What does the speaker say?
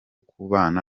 kubana